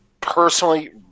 personally